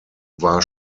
war